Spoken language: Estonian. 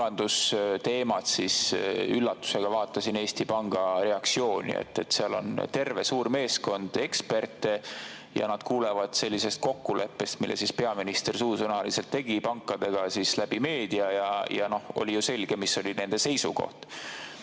pangandusteemad, siis ma üllatusega nägin Eesti Panga reaktsiooni. Seal on terve suur meeskond eksperte, ja nad kuulevad sellisest kokkuleppest, mille peaminister suusõnaliselt tegi pankadega, läbi meedia! Ja oli selge, mis oli nende seisukoht.